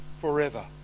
forever